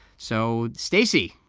so, stacey,